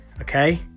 okay